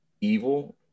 evil